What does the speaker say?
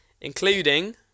Including